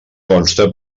consta